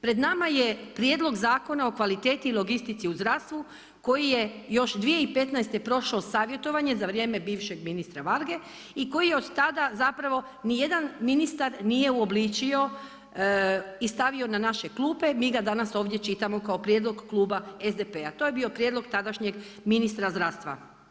Pred nama je Prijedlog zakona o kvaliteti i logistici u zdravstvu koji je još 2015. prošao savjetovanje za vrijeme bivšeg ministra Varge i koji od tada zapravo nijedan ministar nije uobličio i stavio na naše klupe, mi ga danas ovdje čitamo kao prijedlog Kluba SDP-a, to je bio prijedlog tadašnjeg ministra zdravstva.